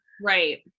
Right